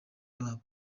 babo